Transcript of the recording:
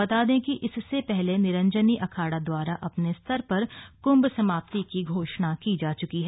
बता दें कि इससे पहले निरंजनी अखाड़ा द्वारा अपने स्तर पर कुंभ समाप्ति की घोषणा की जा चुकी है